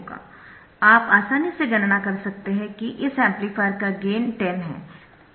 आप आसानी से गणना कर सकते है कि इस एम्पलीफायर का गेन 10 है